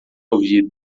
ouvido